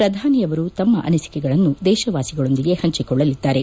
ಪ್ರಧಾನಿಯವರು ತಮ್ನ ಅನಿಸಿಕೆಗಳನ್ನು ದೇಶವಾಸಿಗಳೊಂದಿಗೆ ಪಂಚಿಕೊಳ್ಳಲಿದ್ದಾರೆ